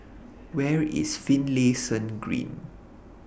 Where IS Finlayson Green